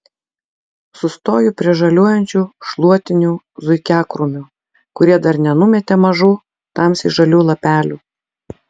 sustoju prie žaliuojančių šluotinių zuikiakrūmių kurie dar nenumetė mažų tamsiai žalių lapelių